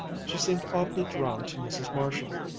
she seemed oddly drawn to mrs. marshall,